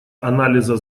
анализа